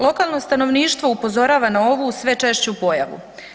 Lokalno stanovništvo upozorava na ovu sve češću pojavu.